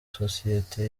sosiyete